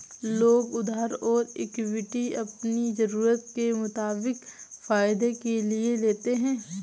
लोग उधार और इक्विटी अपनी ज़रूरत के मुताबिक फायदे के लिए लेते है